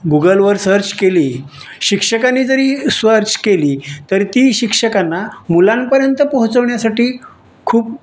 गुगलवर सर्च केली शिक्षकांनी जरी स्वर्च केली तर ती शिक्षकांना मुलांपर्यंत पोहोचवण्यासाठी खूप